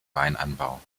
weinanbau